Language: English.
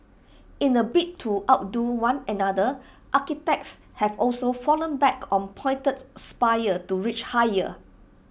in A bid to outdo one another architects have also fallen back on pointed spires to reach higher